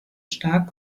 stark